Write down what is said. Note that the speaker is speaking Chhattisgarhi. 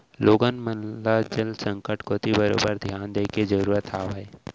लोगन मन ल जल संकट कोती बरोबर धियान दिये के जरूरत हावय